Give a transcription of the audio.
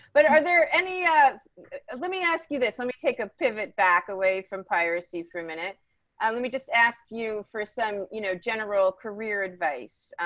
but are there any. let me ask you this. let me take a pivot back away from piracy for a minute and let me just ask you for some, you know, general career advice.